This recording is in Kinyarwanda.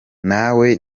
nawe